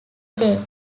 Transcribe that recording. day